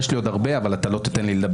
יש לי עוד הרבה, אבל אתה לא תיתן לי לדבר.